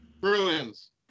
Bruins